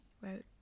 wrote